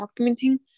documenting